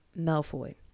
Malfoy